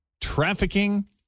trafficking